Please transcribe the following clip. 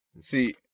see